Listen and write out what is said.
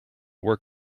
work